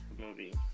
movie